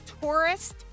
tourist